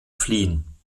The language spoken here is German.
fliehen